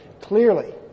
Clearly